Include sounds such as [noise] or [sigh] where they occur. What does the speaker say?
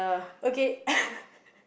okay [laughs]